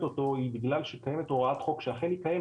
אותו היא בגלל שקיימת הוראת חוק שאכן היא מתקיימת,